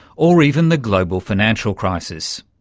or even the global financial crisis?